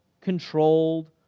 controlled